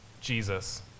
Jesus